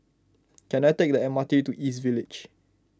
can I take the M R T to East Village